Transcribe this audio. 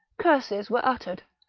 curses were uttered,